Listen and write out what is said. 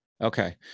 Okay